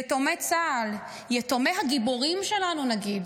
יתומי צה"ל, יתומי הגיבורים שלנו, נגיד,